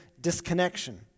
disconnection